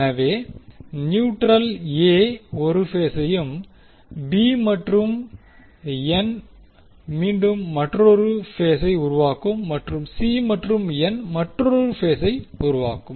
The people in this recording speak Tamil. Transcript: எனவே நியூட்ரல் மற்றும் எ 1 பேஸையும் பி மற்றும் என் மீண்டும் மற்றொரு பேசை உருவாக்கும் மற்றும் சி மற்றும் என் மற்றொரு பேசை உருவாக்கும்